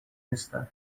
نیستن